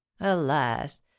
alas